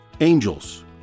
angels